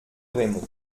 raymond